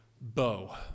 Bow